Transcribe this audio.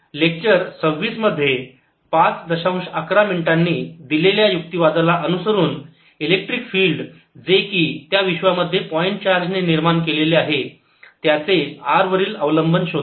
lecture 26 मध्ये 511 मिनिटांनी दिलेल्या युक्तिवादाला अनुसरून इलेक्ट्रिक फिल्ड जे त्या विश्वामध्ये पॉईंट चार्ज ने निर्माण केलेले आहे त्याचे r वरील अवलंबन शोधा